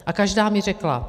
A každá mi řekla...